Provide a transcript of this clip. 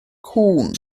cŵn